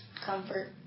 comfort